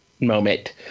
moment